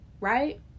Right